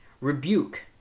rebuke